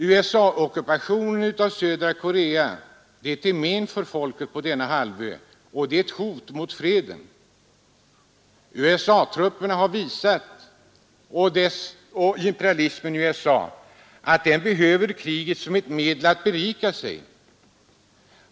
USA-ockupationen av södra Korea är till men för folket på denna halvö och ett hot mot freden. Den amerikanska imperialismen har visat att den behöver kriget som ett medel att berika sig.